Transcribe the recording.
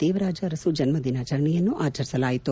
ದೇವರಾಜ ಅರಸು ಜನ್ನದಿನಾಚರಣೆಯನ್ನು ಆಚರಿಸಲಾಯಿತು